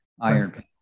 iron